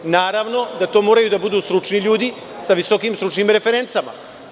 Naravno da to moraju da budu stručni ljudi sa visokim stručnim referencama.